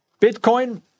Bitcoin